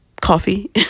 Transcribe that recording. coffee